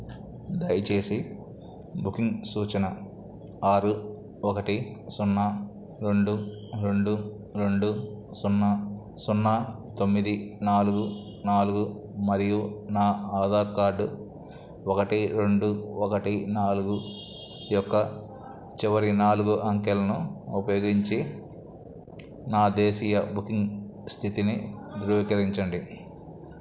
దయచేసి బుకింగ్ సూచన ఆరు ఒకటి సున్నా రెండు రెండు రెండు సున్నా సున్నా తొమ్మిది నాలుగు నాలుగు మరియు నా ఆధార్ కార్డు ఒకటి రెండు ఒకటి నాలుగు యొక్క చివరి నాలుగు అంకెలను ఉపయోగించి నా దేశీయ బుకింగ్ స్థితిని ధృవీకరించండి